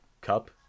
cup